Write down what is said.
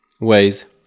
ways